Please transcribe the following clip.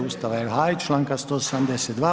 Ustava RH i članka 172.